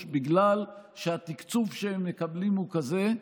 בגלל שהתקצוב שהם מקבלים הוא כזה,